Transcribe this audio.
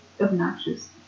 obnoxious